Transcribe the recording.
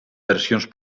versions